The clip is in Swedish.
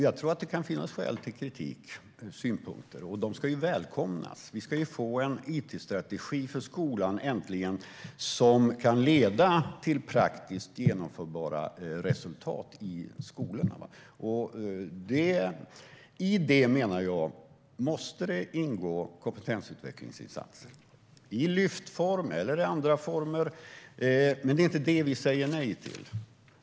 Jag tror att det kan finnas skäl till kritik och synpunkter. De ska välkomnas. Vi ska ju äntligen få en it-strategi för skolan som kan leda till praktiskt genomförbara resultat i skolorna. Jag menar att det i det måste ingå kompetensutvecklingsinsatser, i lyftform eller i andra former. Men det är inte det vi säger nej till.